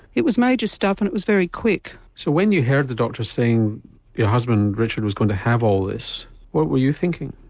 it was major stuff and it was very quick. so when you heard the doctor saying your husband richard was going to have all this what were you thinking?